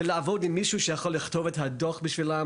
ולעבוד עם מישהו שיכול לכתוב את הדוח בשבילם,